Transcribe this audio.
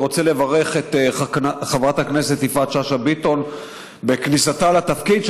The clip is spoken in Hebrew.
אני רוצה לברך את חברת הכנסת יפעת שאשא ביטון בכניסתה לתפקיד,